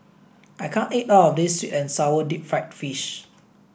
I can't eat all of this sweet and sour deep fried fish